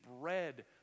bread